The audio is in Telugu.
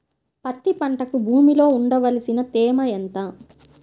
పత్తి పంటకు భూమిలో ఉండవలసిన తేమ ఎంత?